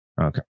Okay